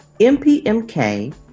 MPMK